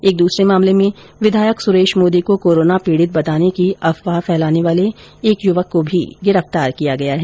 एक दूसरे मामले में विधायक सुरेश मोदी को कोरोना पीडित बताने की अफवाह फैलाने वाले एक युवक को भी गिरफ्तार किया गया है